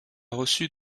reçu